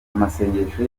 amasengesho